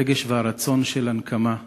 הרגש והרצון של הנקמה,